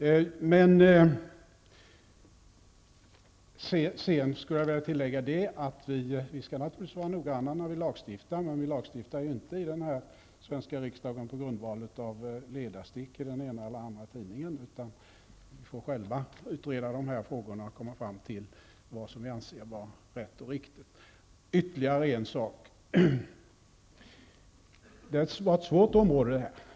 Jag vill tillägga att vi naturligtvis skall vara noggranna när vi lagstiftar, men vi lagstiftar inte i den svenska riksdagen på grundval av ledarstick i den ena eller den andra tidningen. Vi får själva utreda frågorna och komma fram till vad vi anser vara rätt och riktigt. Det här är ett svårt område.